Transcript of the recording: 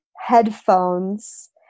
headphones